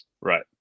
right